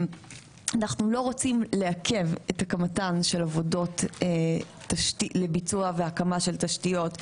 אנחנו לא רוצים לעכב את הקמתן של העבודות לביצוע והקמת התשתיות,